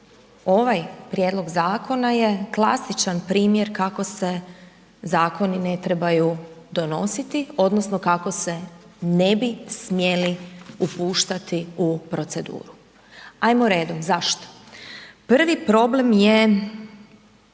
ovaj prijedlog zakona klasičan primjer kako se zakoni ne trebaju donositi odnosno kako se ne bi smjeli upuštati u proceduru. Ajmo redom zašto. Prvi redom je